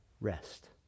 rest